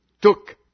took